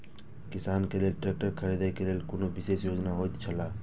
किसान के लेल ट्रैक्टर खरीदे के लेल कुनु विशेष योजना होयत छला?